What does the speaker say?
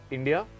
India